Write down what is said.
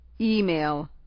Email